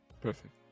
perfect